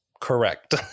Correct